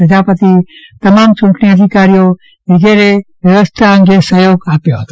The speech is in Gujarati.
પ્રજાપતિ તમામ યૂંટણી અધિકારીઓ વગેરેએ વ્યવસ્થા અંગે સંહયોગ આપ્યો હતો